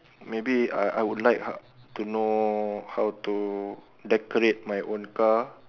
maybe I I would like how to know how to decorate my own car